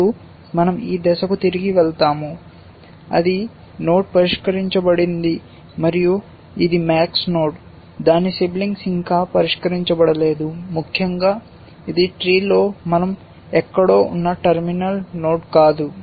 ఇప్పుడు మన০ ఈ దశకు తిరిగి వెళ్తాము అది నోడ్ పరిష్కరించబడింది మరియు ఇది max నోడ్ దాని సిబ్లింగ్స్ ఇంకా పరిష్కరించబడలేదు ముఖ్యంగా ఇది ట్రీ లో మనం ఎక్కడో ఉన్న టెర్మినల్ నోడ్ కాదు